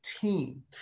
team